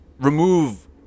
remove